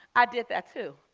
i did that, too.